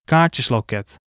Kaartjesloket